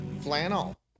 flannel